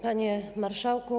Panie Marszałku!